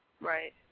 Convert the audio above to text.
Right